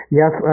yes